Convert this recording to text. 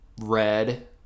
red